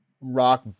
rock